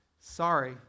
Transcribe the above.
sorry